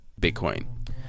Bitcoin